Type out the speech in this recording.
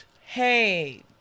Hey